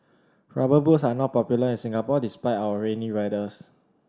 Rubber Boots are not popular in Singapore despite our rainy weathers